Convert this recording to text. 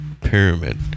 Pyramid